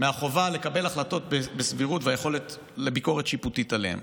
מהחובה לקבל החלטות בסבירות ומביקורת שיפוטית עליהם,